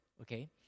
okay